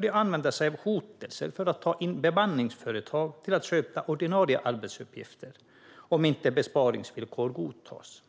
De använder sig av hot om att ta in bemanningsföretag för att sköta ordinarie arbetsuppgifter om inte besparingsvillkor godtas,